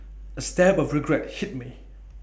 A stab of regret hit me